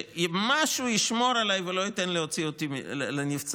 שמשהו ישמור עליי ולא ייתן להוציא אותי לנבצרות.